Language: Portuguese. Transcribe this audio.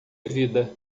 vida